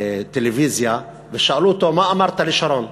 לטלוויזיה ושאלו אותו: מה אמרת לשרון?